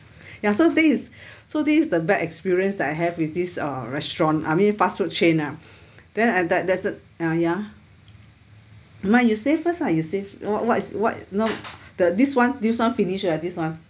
ya so this is so this is the bad experience that I have with this uh restaurant I mean fast food chain lah then that there's uh ya never mind you say first lah you say fir~ what what is know the this [one] this [one] finish right this [one]